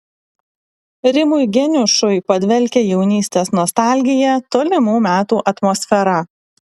rimui geniušui padvelkia jaunystės nostalgija tolimų metų atmosfera